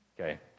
Okay